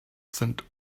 sind